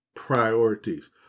Priorities